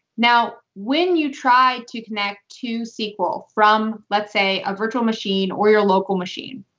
now, when you try to connect to sql from, let's say, a virtual machine or your local machine,